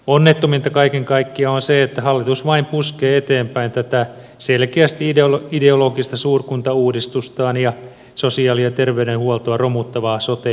onnettominta kaiken kaikkiaan on se että hallitus vain puskee eteenpäin tätä selkeästi ideologista suurkuntauudistustaan ja sosiaali ja terveydenhuoltoa romuttavaa sote uudistustaan